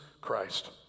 Christ